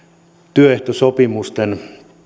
työehtosopimusten